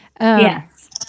Yes